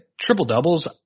triple-doubles